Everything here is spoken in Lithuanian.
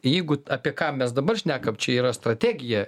jeigu apie ką mes dabar šnekam čia yra strategija